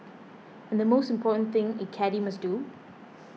and the most important thing a caddie must do